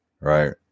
Right